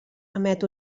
emet